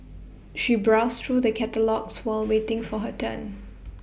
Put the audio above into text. she browsed through the catalogues while waiting for her turn